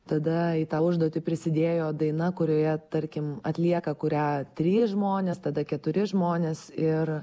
tada į tą užduotį prisidėjo daina kurioje tarkim atlieka kurią trys žmonės tada keturi žmonės ir